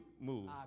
move